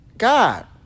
God